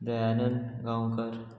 Dayanand Gaonkar